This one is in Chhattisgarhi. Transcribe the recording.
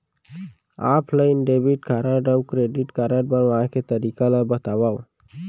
ऑफलाइन डेबिट अऊ क्रेडिट कारड बनवाए के तरीका ल बतावव?